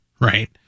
right